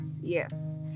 yes